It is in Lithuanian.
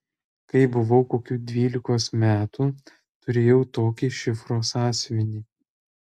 kai buvau kokių dvylikos metų turėjau tokį šifrų sąsiuvinį